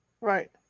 Right